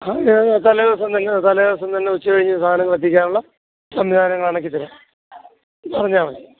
തലേദിവസം തന്നെ തലേദിവസം തന്നെ ഉച്ചകഴിഞ്ഞു സാധനങ്ങൾ എത്തിക്കാനുള്ള സംവിധാനങ്ങൾ ഉണ്ടാക്കി തരാം പറഞ്ഞാൽ മതി